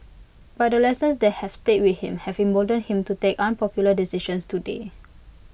but the lessons that have stayed with him have emboldened him to take unpopular decisions today